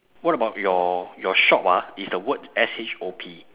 what about your your shop ah is the word S H O P